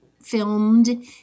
filmed